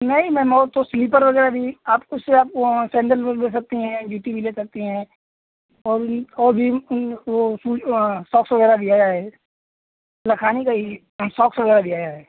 नहीं मैम और तो स्लीपर वगैरह भी आपको उससे आप सैंडल वल ले सकती हैं जूती भी ले सकती हैं और भी और भी वो सूज वा सॉक्स वगैरह भी आया है लखानी का ही सॉक्स वगैरह भी आया है